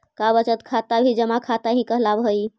का बचत खाता भी जमा खाता ही कहलावऽ हइ?